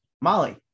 Molly